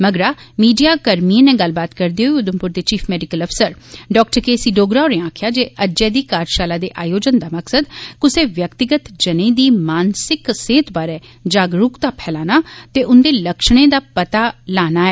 मगरा मीडिया कर्मिएं नै गल्लबात करदे होई उधमपुर दे चीफ मैडिकल अफसर डा के सी डोगरा होरें आक्खेया जे अज्जै दी कार्याशाला दे आयोजन दा मकसद कुसै व्यक्तिगत जनें दी मानसिक सेहत बारै जागरूकता फैलाना ते उंदे लक्ष्णें दा पता लाना ऐ